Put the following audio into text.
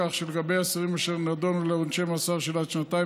כך שלגבי אסירים אשר נידונו לעונש מאסר של עד שנתיים